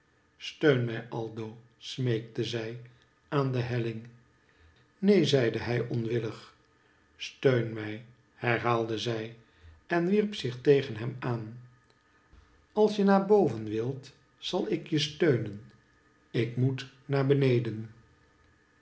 steun mij aldo smeekte zij aan de helling neen zeide hij onwillig steun mij herhaalde zij en wierp zich tegen hem aan als je naar boven wilt zal ik je steunen ik moet naar beneden